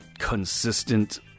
consistent